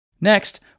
Next